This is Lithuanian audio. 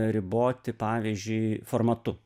riboti pavyzdžiui formatu